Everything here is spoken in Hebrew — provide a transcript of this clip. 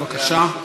בבקשה.